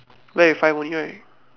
left with five only right